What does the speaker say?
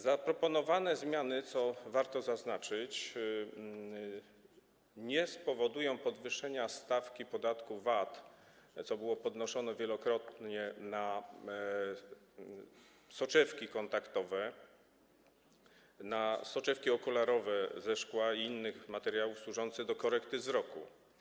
Zaproponowane zmiany, co warto zaznaczyć, nie spowodują podwyższenia stawki podatku VAT, co było wielokrotnie podnoszone, na soczewki kontaktowe, na soczewki okularowe ze szkła i innych materiałów służące do korekty wzroku.